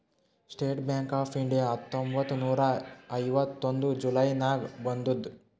state Bank of India ಹತ್ತೊಂಬತ್ತ್ ನೂರಾ ಐವತ್ತೈದು ಜುಲೈ ನಾಗ್ ಬಂದುದ್